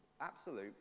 absolute